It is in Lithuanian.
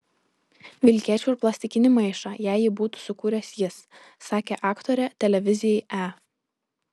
vilkėčiau ir plastikinį maišą jei jį būtų sukūręs jis sakė aktorė televizijai e